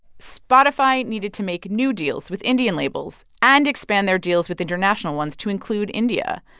spotify needed to make new deals with indian labels and expand their deals with international ones to include india.